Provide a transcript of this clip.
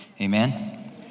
Amen